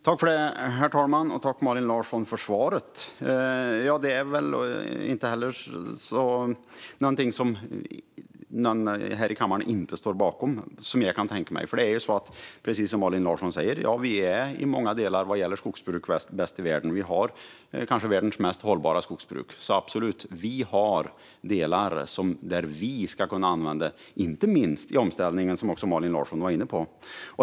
Herr talman! Jag tackar Malin Larsson för svaret. Jag kan inte tänka mig att detta är någonting som någon här i kammaren inte står bakom. Precis som Malin Larsson säger är vi i många delar bäst i världen vad gäller skogsbruk. Vi har kanske världens mest hållbara skogsbruk. Vi har absolut delar som vi ska kunna använda, inte minst i omställningen, som också Malin Larsson var inne på.